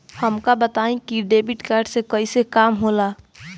हमका बताई कि डेबिट कार्ड से कईसे काम होला?